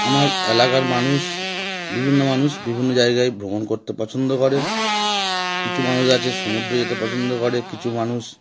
আমার এলাকার মানুষ বিভিন্ন মানুষ বিভিন্ন জায়গায় ভ্রমণ করতে পছন্দ করে কিছু মানুষ আছে সমুদ্রে যেতে পছন্দ করে কিছু মানুষ